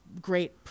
great